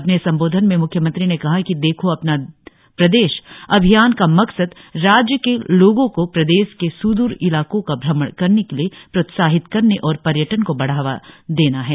अपने संबोधन में मुख्यमंत्री ने कहा कि देखो अपना प्रदेश अभियान का मकसद राज्य के लोगो को प्रदेश के सूदुर इलाको का भ्रमण करने के लिए प्रोत्साहित करने और पर्यटन को बढ़ावा देना है